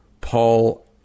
Paul